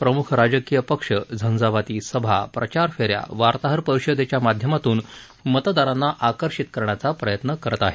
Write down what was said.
प्रमुख राजकीय पक्ष झंजावाती सभा प्रचारफेऱ्या वार्ताहर परिषदेच्या माध्यमातून मतदारांना आकर्षित करण्याचा प्रयत्न करत आहेत